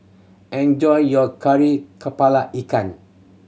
enjoy your Kari Kepala Ikan